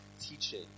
teaching